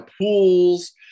pools